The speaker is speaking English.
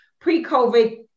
pre-COVID